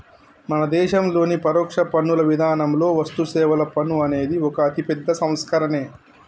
మన దేశంలోని పరోక్ష పన్నుల విధానంలో వస్తుసేవల పన్ను అనేది ఒక అతిపెద్ద సంస్కరనే